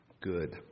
good